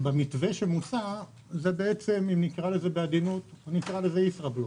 במתווה שמוצע זה בעצם, נקרא לזה בעדינות ישראבלוף.